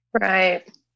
Right